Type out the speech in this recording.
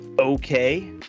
okay